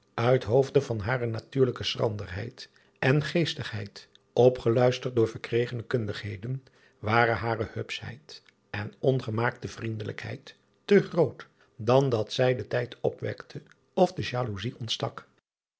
uit hoofde van hare natuurlijke schranderheid en geestigheid opgeluisterd door verkregene kundigheden waren hare hupschheid en ongemaakte vriendelijkheid te groot dan dat zij den nijd opwekte of de jaloezij ontstak